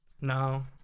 No